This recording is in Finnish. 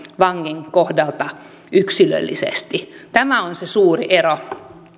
vangin kohdalta yksilöllisesti tämä on se suuri ero